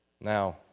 Now